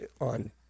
on